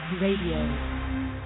RADIO